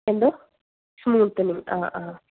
എന്തോ സ്മൂത്തനിങ് അ ആ